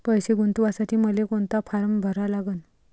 पैसे गुंतवासाठी मले कोंता फारम भरा लागन?